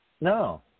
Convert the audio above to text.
No